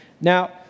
Now